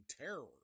terror